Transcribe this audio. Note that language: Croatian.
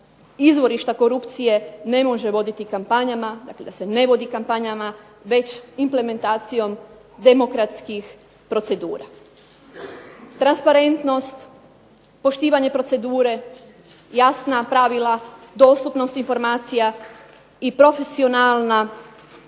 izvorišta korupcije ne može voditi kampanjama, dakle da se ne vodi kampanjama, već implementacijom demokratskih procedura. Transparentnost, poštivanje procedure, jasna pravila, dostupnost informacija, i profesionalna i dobro